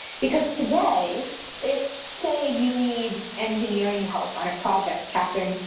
because today if, say, you need engineering help on a project, kathryn,